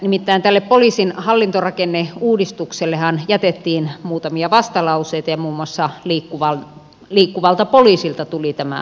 nimittäin tästä poliisin hallintorakenneuudistuksestahan jätettiin muutamia vastalauseita ja muun muassa liikkuvalta poliisilta tuli tämä vastalause